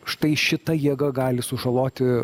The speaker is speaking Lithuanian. štai šita jėga gali sužaloti